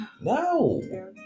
no